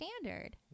standard